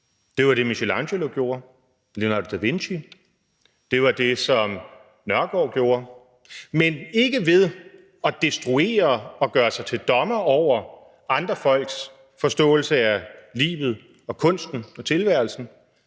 det var det, Michelangelo gjorde, som Leonardo da Vinci gjorde, og det var det, som Bjørn Nørgaard gjorde – men ikke ved at destruere og gøre sig til dommer over andre folks forståelse af livet, kunsten og tilværelsen;